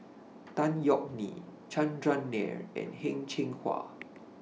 Tan Yeok Nee Chandran Nair and Heng Cheng Hwa